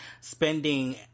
spending